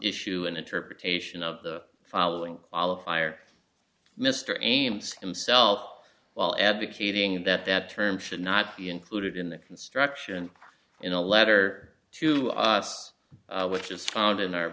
issue an interpretation of the following qualifier mr ames himself while advocating that that term should not be included in the instruction in a letter to us which is found in our